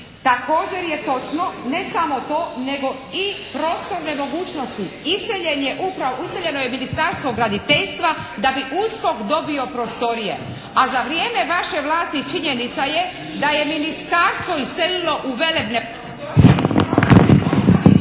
Također je točno ne samo to, nego i prostorne mogućnosti. Iseljeno je Ministarstvo graditeljstva da bi USKOK dobio prostorije, a za vrijeme vaše vlasti činjenica je da je ministarstvo iselilo u velebne prostorije